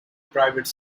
private